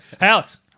Alex